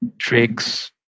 Tricks